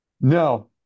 No